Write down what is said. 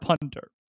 punter